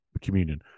communion